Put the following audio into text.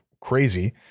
crazy